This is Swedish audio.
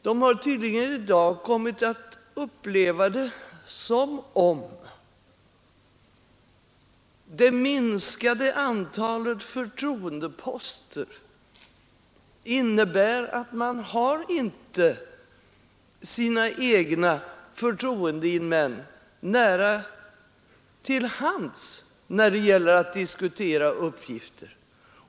De har tydligen i dag kommit att uppleva det som om det minskade antalet förtroendeposter innebär att man inte längre har sina förtroendemän nära till hands när det gäller att diskutera uppgifter.